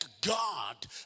God